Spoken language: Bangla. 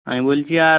আমি বলছি আর